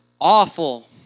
awful